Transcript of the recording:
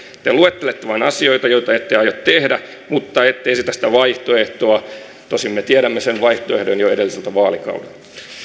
te luettelette vain asioita joita ette aio tehdä mutta ette esitä sitä vaihtoehtoa tosin me tiedämme sen vaihtoehdon jo edelliseltä vaalikaudelta